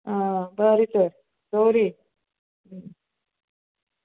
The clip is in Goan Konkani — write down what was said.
आं बरें तर दवरी